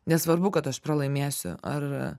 nesvarbu kad aš pralaimėsiu ar